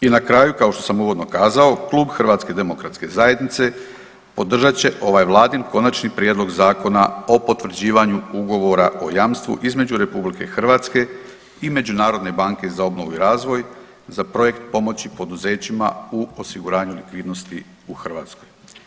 I na kraju kao što sam uvodno kazao, Klub HDZ-a podržat će ovaj vladin Konačni prijedlog Zakona o potvrđivanju ugovora o jamstvu između RH i Međunarodne banke za obnovu i razvoj za projekt pomoći poduzećima u osiguranju likvidnosti u Hrvatskoj.